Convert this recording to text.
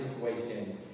situation